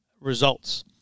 results